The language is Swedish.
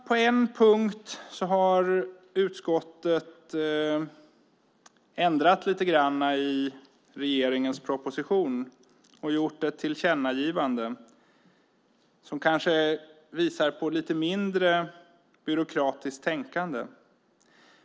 På en punkt har utskottet ändrat lite grann i regeringens proposition och gjort ett tillkännagivande som kanske visar på lite mindre byråkratiskt tänkande.